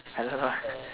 I don't know lah